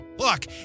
Look